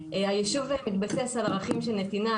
היישוב מתבסס על ערכים של נתינה,